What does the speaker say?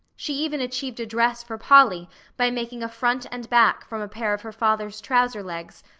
she even achieved a dress for polly by making a front and back from a pair of her father's trouser legs,